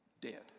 dead